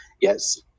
yes